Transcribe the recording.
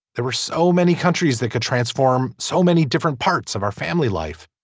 there were so many countries that could transform so many different parts of our family life.